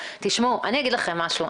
תשמעו, אני אגיד לכם משהו.